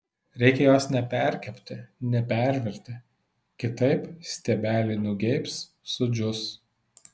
reikia jos neperkepti nepervirti kitaip stiebeliai nugeibs sudžius